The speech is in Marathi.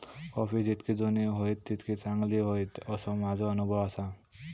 कॉफी जितकी जुनी होईत तितकी चांगली होईत, असो माझो अनुभव आसा